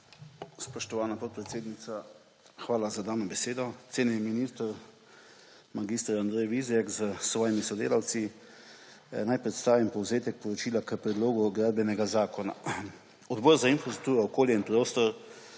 Spoštovana podpredsednica, hvala za dano besedo. Cenjeni minister mag. Andrej Vizjak s svojimi sodelavci! Naj predstavim povzetek poročila k Predlogu gradbenega zakona. Odbor za infrastrukturo, okolje in prostor